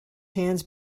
hands